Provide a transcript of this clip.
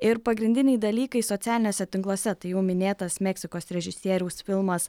ir pagrindiniai dalykai socialiniuose tinkluose tai jau minėtas meksikos režisieriaus filmas